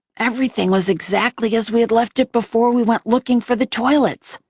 everything was exactly as we had left it before we went looking for the toilets.